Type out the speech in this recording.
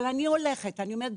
אבל אני הולכת ואומרת,